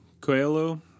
Coelho